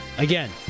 Again